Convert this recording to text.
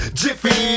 jiffy